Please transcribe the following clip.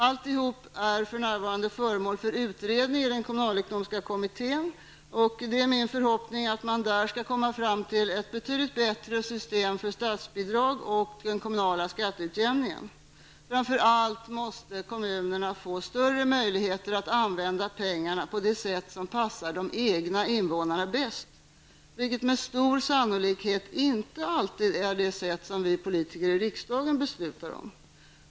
Alltihop är för närvarande föremål för utredning i den kommunalekonomiska kommittén och det är min förhoppning att man där skall komma fram till ett betydligt bättre system för statsbidragen och den kommunala skatteutjämningen. Framför allt måste kommunerna få större möjligheter att använda pengarna på det sätt som passar de egna invånarna bäst -- vilket med stor sannolikhet inte alltid är det sätt som vi politiker i riksdagen beslutar om.